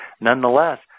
nonetheless